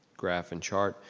graph and chart.